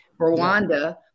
Rwanda